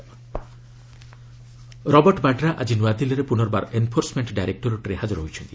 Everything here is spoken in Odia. ଇଡି ବାଡ୍ରା ରବର୍ଟ ବାଡ୍ରା ଆକି ନୂଆଦିଲ୍ଲୀରେ ପୁନର୍ବାର ଏନ୍ଫୋର୍ସମେଣ୍ଟ ଡାଇରେକ୍ଟୋରେଟ୍ରେ ହାଜର ହୋଇଛନ୍ତି